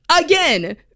Again